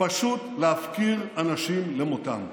פשוט להפקיר אנשים למותם.